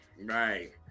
Right